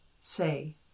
say